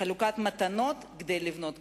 חלוקת מתנות כדי לבנות קואליציה.